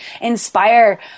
inspire